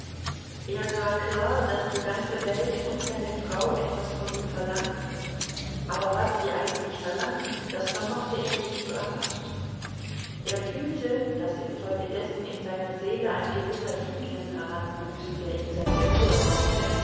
er sah klar daß die ganze welt und seine frau etwas von ihm verlangten aber was sie eigentlich verlangten das vermochte er nicht zu erfassen er fühlte daß infolgedessen in seiner seele ein gewisser ingrimm heranwuchs der ihm seine ruhe raubte